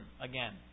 again